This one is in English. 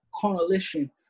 coalition